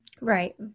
Right